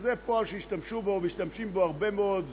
שזה פועל שמשתמשים בו הרבה מאוד,